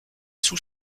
sous